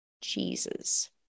Jesus